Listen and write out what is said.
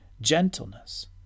gentleness